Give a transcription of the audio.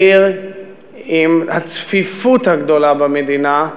העיר עם הצפיפות הגדולה במדינה,